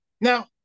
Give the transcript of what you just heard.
Now